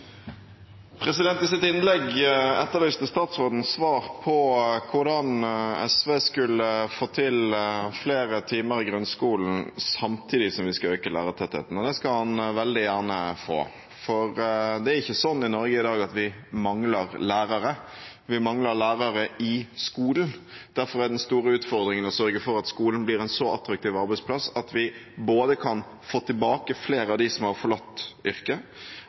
I sitt innlegg etterlyste statsråden svar på hvordan SV skulle få til flere timer i grunnskolen samtidig som vi vil øke lærertettheten. Det skal han veldig gjerne få vite. Det er ikke slik i Norge i dag at vi mangler lærere; vi mangler lærere i skolen. Derfor er det en stor utfordring å sørge for at skolen blir en så attraktiv arbeidsplass at vi både kan få tilbake flere av dem som har forlatt yrket, kan sørge for at flere av de nyutdannede forblir i yrket,